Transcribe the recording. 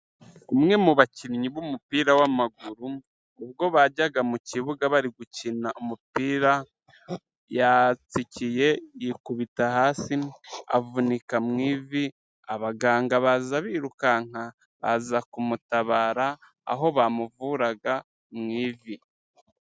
Umwe mu bakinnyi b'umupira w'amaguru ubwo bajyaga mu kibuga bari gukina umupira yatsikiye, yikubita hasi, avunika mu ivi, abaganga baza birukanka, baza kumutabara, aho bamuvuraga mu ivi.